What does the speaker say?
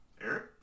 Eric